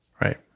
Right